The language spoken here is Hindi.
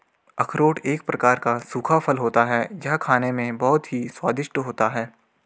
अखरोट एक प्रकार का सूखा फल होता है यह खाने में बहुत ही स्वादिष्ट होता है